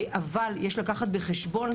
אבל יש לקחת בחשבון,